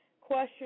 question